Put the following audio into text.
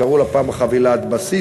קראו לה פעם "חבילת בסיס",